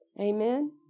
Amen